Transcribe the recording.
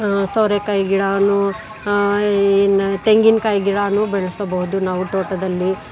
ಸೋರೆಕಾಯಿ ಗಿಡನೂ ಏನು ತೆಂಗಿನ ಕಾಯಿ ಗಿಡನೂ ಬೆಳ್ಸಬೌದು ನಾವು ತೋಟದಲ್ಲಿ